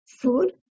food